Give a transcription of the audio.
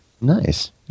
Nice